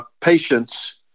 patients